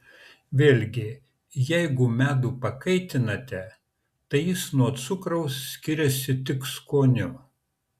vėlgi jeigu medų pakaitinate tai jis nuo cukraus skiriasi tik skoniu